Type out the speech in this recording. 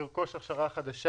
לרכוש הכשרה חדשה.